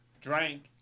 Drank